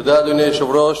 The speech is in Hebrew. תודה, אדוני היושב-ראש.